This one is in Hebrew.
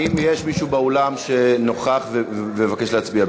האם יש מישהו באולם שנוכח ומבקש להצביע?